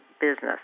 business